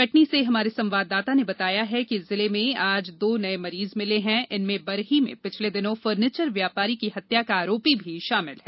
कटनी से हमारे संवाददाता ने बताया है कि जिले में आज दो नये मरीज मिले हैं इनमें बरही में पिछले दिनों फर्नीचर व्यापारी की हत्या का आरोपी भी शामिल है